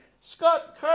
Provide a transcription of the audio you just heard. Scott